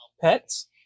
pets